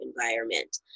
environment